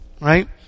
right